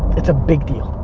it's a big deal.